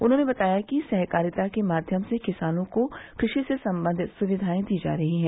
उन्होने बताया कि सहकारिता के माध्यम से किसानों को कृषि से संबंधित सुविधायें दी जा रही हैं